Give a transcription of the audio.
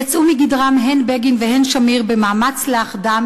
יצאו מגדרם הן בגין והן שמיר במאמץ לאחדם